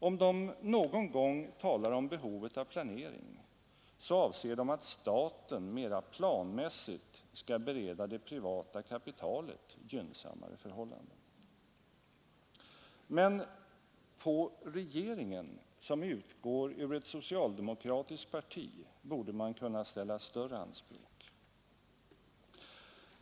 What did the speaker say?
Om de någon gång talar om behovet av planering så avser de att staten mera planmässigt skall bereda det privata kapitalet gynnsammare förhållanden. Men på regeringen, som utgår ur ett socialdemokratiskt parti, borde man kunna ställa större anspråk.